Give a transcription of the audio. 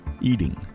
eating